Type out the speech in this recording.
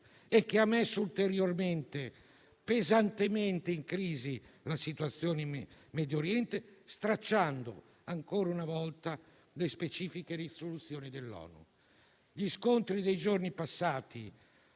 che ha messo ulteriormente e pesantemente in crisi la situazione in Medio Oriente, stracciando ancora una volta le specifiche risoluzioni dell'ONU. Gli scontri dei giorni passati